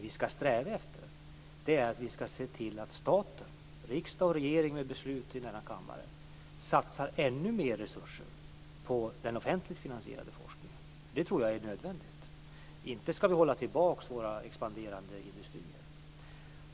Vi ska sträva efter att se till att staten, riksdag och regering genom beslut i denna kammare, satsar ännu mer resurser på den offentligt finansierade forskningen. Jag tror att det är nödvändigt. Vi ska inte hålla tillbaka några expanderande industrier.